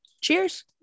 cheers